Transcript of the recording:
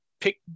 pick